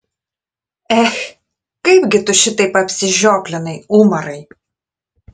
ech kaipgi tu šitaip apsižioplinai umarai